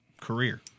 career